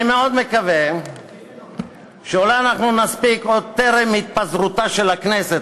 אני מאוד מקווה שאנחנו נספיק עוד טרם התפזרותה של הכנסת